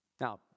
Now